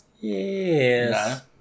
Yes